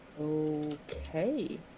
okay